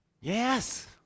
Yes